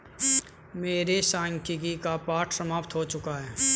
मेरे सांख्यिकी का पाठ समाप्त हो चुका है